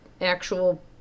actual